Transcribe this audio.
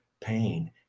pain